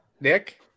Nick